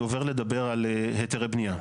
אני עובר לדבר על היתרי בנייה.